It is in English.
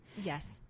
Yes